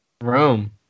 Rome